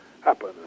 happen